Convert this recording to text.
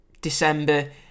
December